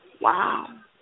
Wow